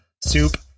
soup